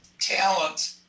talent